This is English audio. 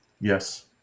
Yes